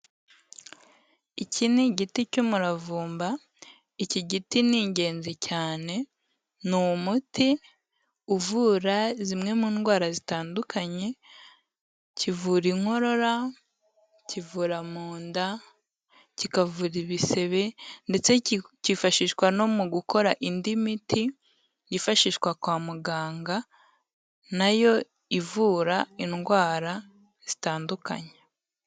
Iki ni igiti cy'umuravumba, iki giti ni ingenzi cyane, ni umuti uvura zimwe mu ndwara zitandukanye: kivura inkorora, kivura mu nda, kikavura ibisebe ndetse kikifashishwa no mu gukora indi miti yifashishwa kwa muganga, na yo ivura indwara zitandukanye.